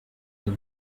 the